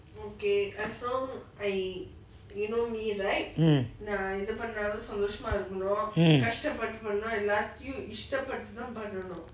mm